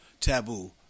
Taboo